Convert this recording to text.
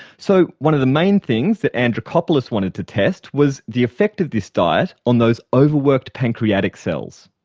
so one of the main things that andrikopoulos wanted to test was the effect of this diet on those overworked pancreatic cells.